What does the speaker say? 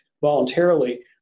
voluntarily